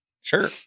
Sure